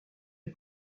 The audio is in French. est